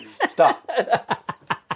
Stop